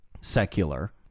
secular